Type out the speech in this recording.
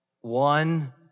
one